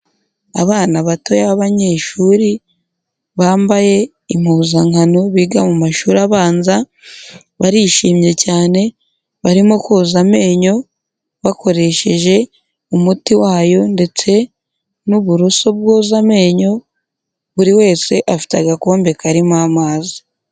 Abana bato b'abanyeshuri bambaye impuzankano biga mu mashuri abanza, barishimye cyane barimo koza amenyo bakoresheje umuti wayo ndetse n'uburoso bwoza amenyo buri wese afite agakombe karimo amazi.